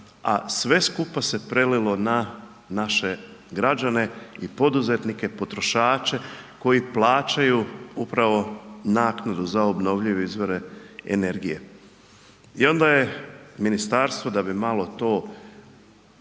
a sve skupa se prelilo na naše građane i poduzetnike potrošače koji plaćaju upravo naknadu za obnovljive izvore energije i onda je ministarstvo da bi malo to uljepšalo